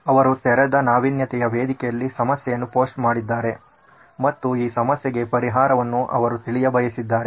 ಅವರು ತೆರೆದ ನಾವೀನ್ಯತೆಯ ವೇದಿಕೆಯಲ್ಲಿ ಸಮಸ್ಯೆಯನ್ನು ಪೋಸ್ಟ್ ಮಾಡಿದ್ದಾರೆ ಮತ್ತು ಈ ಸಮಸ್ಯೆಗೆ ಪರಿಹಾರವನ್ನು ಅವರು ತಿಳಿಯ ಬಯಸಿದ್ದರೆ